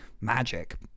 magic